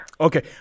Okay